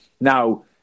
Now